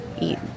eat